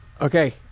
Okay